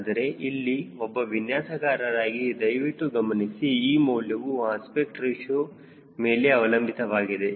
ಆದರೆ ಇಲ್ಲಿ ಒಬ್ಬ ವಿನ್ಯಾಸಕಾರರಾಗಿ ದಯವಿಟ್ಟು ಗಮನಿಸಿ ಈ ಮೌಲ್ಯವು ಅಸ್ಪೆಕ್ಟ್ ರೇಶಿಯೋ ಮೇಲೆ ಅವಲಂಬಿತವಾಗಿದೆ